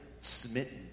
smitten